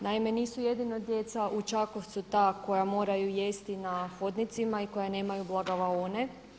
Naime, nisu jedino djeca u Čakovcu ta koja moraju jesti na hodnicima i koja nemaju blagavaone.